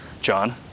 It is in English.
John